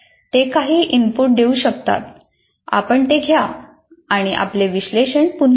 ते काही इनपुट देऊ शकतात आपण ते घ्या आणि आपले विश्लेषण पुन्हा करा